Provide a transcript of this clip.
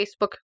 Facebook